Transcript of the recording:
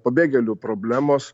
pabėgėlių problemos